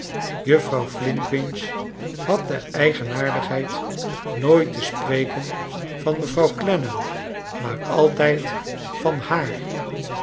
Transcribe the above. juffrouw flintwinch had de eigenaardigheid nooit te spreken van mevrouw clennam maar altijd van haar